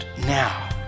now